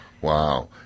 Wow